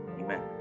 Amen